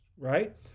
right